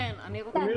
סעיף